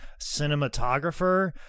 cinematographer